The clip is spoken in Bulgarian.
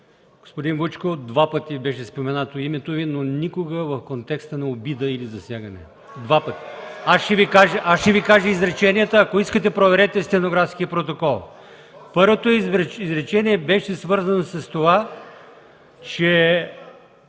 Господин Вучков, два пъти беше споменато името Ви, но никога в контекста на обида или засягане. Два пъти! (Силен шум и реплики от ГЕРБ.) Ще Ви кажа изреченията, ако искате – проверете и стенографския протокол. Първото изречение беше свързано с това, че